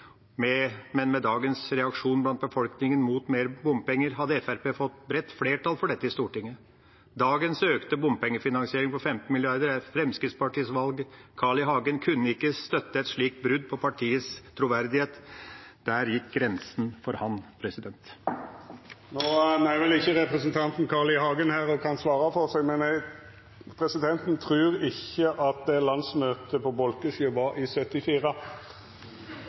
motorveier, men med dagens reaksjon blant befolkningen mot mer bompenger hadde Fremskrittspartiet fått bredt flertall for dette i Stortinget. Dagens økte bompengefinansiering på 15 mrd. kr er Fremskrittspartiets valg. Carl I. Hagen kunne ikke støtte et slikt brudd på partiets troverdighet. Der gikk grensen for ham. No er ikkje representanten Carl I. Hagen her og kan svara for seg, men presidenten trur ikkje at landsmøtet på Bolkesjø var i